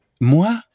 Moi